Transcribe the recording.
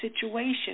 situation